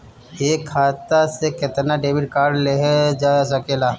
एक खाता से केतना डेबिट कार्ड लेहल जा सकेला?